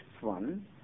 one